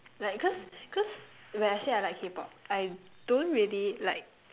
like cause cause when I say I like K-pop I don't really like